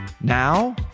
Now